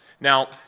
Now